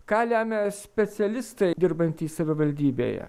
ką lemia specialistai dirbantys savivaldybėje